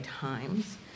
Times